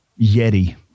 Yeti